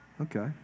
Okay